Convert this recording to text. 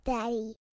Daddy